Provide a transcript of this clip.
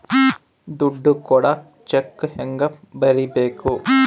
ದುಡ್ಡು ಕೊಡಾಕ ಚೆಕ್ ಹೆಂಗ ಬರೇಬೇಕು?